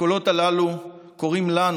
הקולות הללו קוראים לנו,